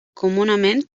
comunament